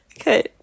Okay